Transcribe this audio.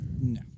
No